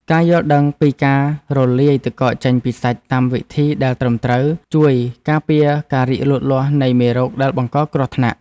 ការយល់ដឹងពីការរលាយទឹកកកចេញពីសាច់តាមវិធីដែលត្រឹមត្រូវ ជួយការពារការរីកលូតលាស់នៃមេរោគដែលបង្កគ្រោះថ្នាក់។